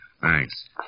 Thanks